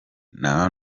nta